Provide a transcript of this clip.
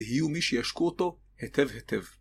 יהיו מי שישקו אותו היטב היטב.